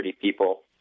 people